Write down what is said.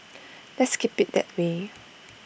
let's keep IT that way